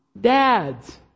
dads